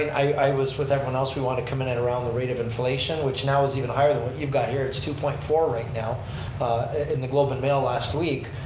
i was with everyone else, we want to come in at around the rate of inflation which now is even higher than what you've got here, it's two point four right now in the globe and mail last week.